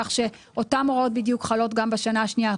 כך שאותן הוראות בדיוק חלות גם בשנה השנייה,